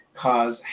cause